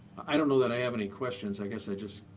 i don't know that i have any questions. i guess i just